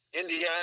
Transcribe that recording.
Indiana